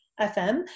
FM